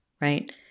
right